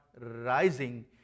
rising